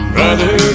Brother